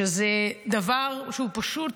שזה דבר שהוא פשוט